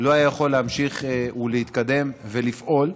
לא היה יכול להמשיך ולהתקדם ולפעול.